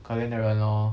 可怜的人 lor